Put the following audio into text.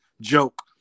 joke